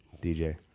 DJ